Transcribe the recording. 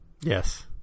Yes